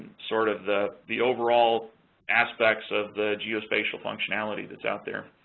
sort of the the overall aspects of the geospatial functionality that's out there.